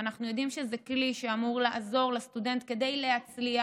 ואנחנו יודעים שזה כלי שאמור לעזור לסטודנט להצליח,